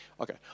Okay